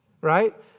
Right